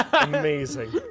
amazing